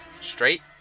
Straight